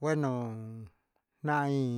Gueno na in